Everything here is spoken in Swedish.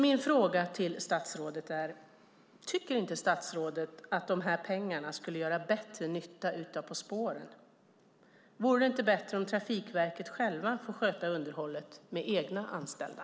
Min fråga till statsrådet är: Tycker inte statsrådet att de här pengarna skulle göra bättre nytta ute på spåren? Vore det inte bättre om Trafikverket självt fick sköta underhållet med egna anställda?